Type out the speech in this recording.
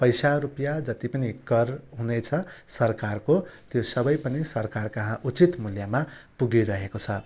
पैसा रुपियाँ जति पनि कर हुनेछ सरकारको त्यो सबै पनि सरकारकहाँ उचित मूल्यमा पुगिरहेको छ